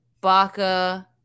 Baka